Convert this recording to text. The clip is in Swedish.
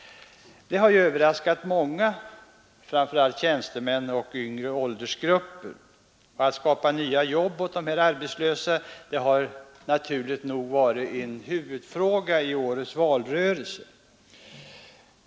Den har överraskat många, framför allt tjänstemän och yngre åldersgrupper, och det har naturligt nog varit en huvudfråga i årets valrörelse att skapa nya jobb åt de arbetslösa.